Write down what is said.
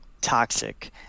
toxic